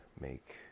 make